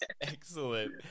Excellent